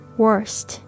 worst